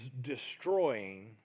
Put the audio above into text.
destroying